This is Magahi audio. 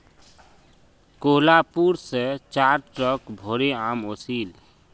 कोहलापुर स चार ट्रक भोरे आम ओसील